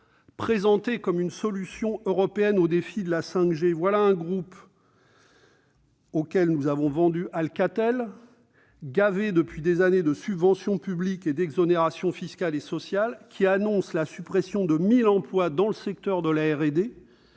Présenté comme une solution européenne aux défis de la 5G, voilà un groupe auquel nous avons vendu Alcatel, qui est gavé depuis des années de subventions publiques et d'exonérations fiscales et sociales, et qui annonce la suppression de plus de 1 000 emplois dans le secteur de la